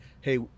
hey